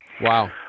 Wow